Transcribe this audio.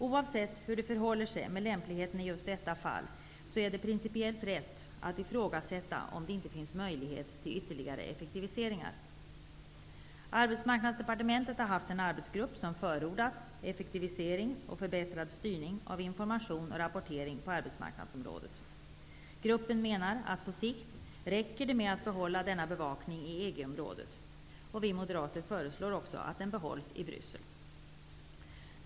Oavsett hur det förhåller sig med lämpligheten i just detta fall är det principiellt rätt att ifrågasätta om det inte finns möjlighet till ytterligare effektiviseringar. Arbetsmarknadsdepartementet har haft en arbetsgrupp som har förordat effektivisering och förbättrad styrning av information och rapportering på arbetsmarknadsområdet. Gruppen menar att det på sikt räcker med att behålla denna bevakning i EG-området. Vi Moderater föreslår också att den behålls i Bryssel.